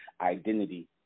identity